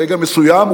ברגע מסוים,